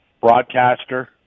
broadcaster